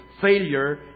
failure